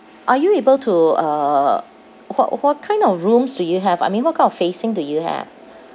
are you able to uh what what kind of rooms do you have I mean what kind of facing do you have